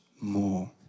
more